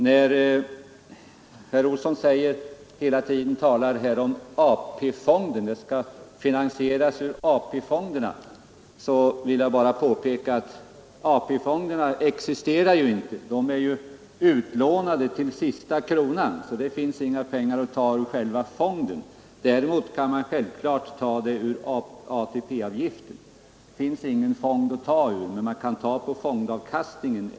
När herr Olsson i Stockholm här hela tiden talar om att det skall finansieras ur AP-fonderna så vill jag bara påpeka att AP-fonderna inte existerar. De är ju utlånade till sista kronan så det finns inga pengar att ta ur själva fonden. Däremot kan man självklart ta ur ATP-avgiften. Man kan också ta från fondavkastningen.